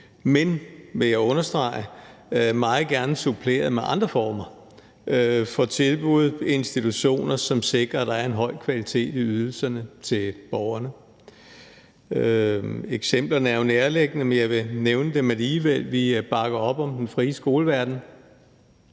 men – vil jeg understrege – meget gerne suppleret med andre former for tilbud, institutioner, som sikrer, at der er en høj kvalitet i ydelserne til borgerne. Eksemplerne er jo nærliggende, men jeg vil nævne dem alligevel: Vi bakker op om den frie skoleverden,